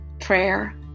Prayer